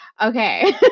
Okay